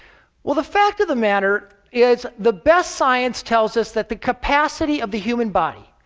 well, the fact of the matter is the best science tells us that the capacity of the human body,